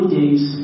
days